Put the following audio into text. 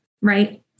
right